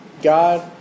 God